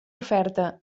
oferta